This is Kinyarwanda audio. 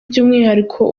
by’umwihariko